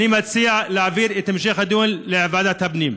אני מציע להעביר את המשך הדיון לוועדת הפנים.